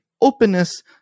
openness